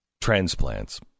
transplants